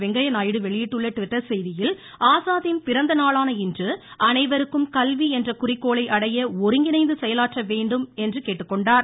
வெங்கய்ய நாயுடு வெளியிட்டுள்ள ட்விட்டர் செய்தியில் ஆசாத்தின் பிறந்த நாளான இன்று அனைவருக்கும் கல்வி என்ற குறிக்கோளை அடைய ஒருங்கிணைந்து செயலாற்ற உறுதியேற்க வேண்டும் என்று கேட்டுக்கொண்டார்